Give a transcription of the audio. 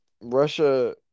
Russia